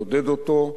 לעודד אותו,